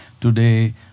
Today